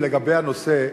לגבי הנושא,